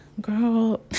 girl